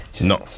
Non